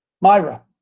Myra